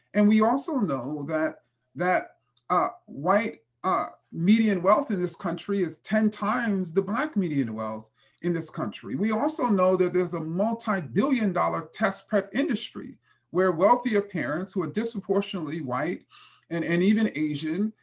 and we also know that that ah white ah median wealth in this country is ten times the black median wealth in this country. we also know that there's a multibillion dollar test prep industry where wealthier parents, who are disproportionately white and and even asian,